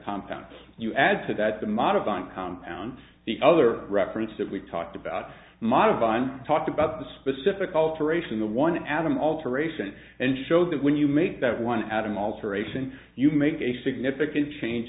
confound you add to that the modifying compound the other reference that we talked about modifying talked about the specific alteration the one album alteration and show that when you make that one atom alteration you make a significant change